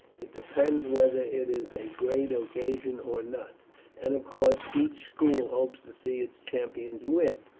it depends whether it is a great occasion or not and of course each school hopes to see its champions win.